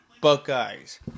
Buckeyes